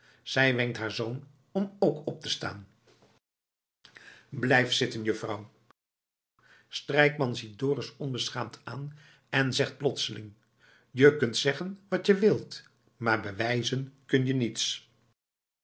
zij wenkt haar zoon om ook op te staan blijf zitten juffrouw strijkman ziet dorus onbeschaamd aan en zegt plotseling je kunt zeggen wat je wilt maar bewijzen kun je niets